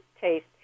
taste